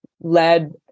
led